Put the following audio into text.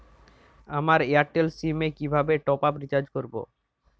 আমার Airtel SIM এ কিভাবে টপ আপ রিচার্জ করবো?